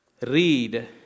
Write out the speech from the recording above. read